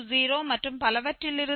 20 மற்றும் பலவற்றிலிருந்து இந்த 0